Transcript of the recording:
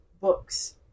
books